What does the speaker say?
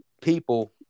people